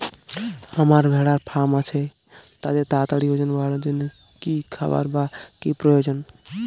আমার ভেড়ার ফার্ম আছে তাদের তাড়াতাড়ি ওজন বাড়ানোর জন্য কী খাবার বা কী প্রয়োজন?